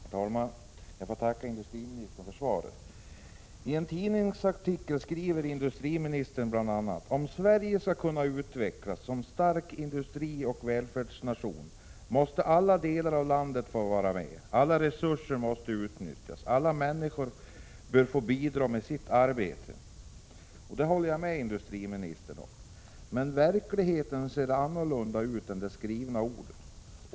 Herr talman! Jag får tacka industriministern för svaret. I en tidningsartikel skriver industriministern bl.a.: Om Sverige skall kunna utvecklas som en stark industrioch välfärdsnation måste alla delar av landet vara med. Alla resurser måste utnyttjas, och alla människor bör få bidra med sitt arbete. Det håller jag med industriministern om. Men verkligheten ser annorlunda ut än det skrivna ordet.